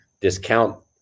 discount